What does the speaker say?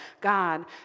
God